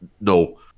no